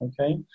okay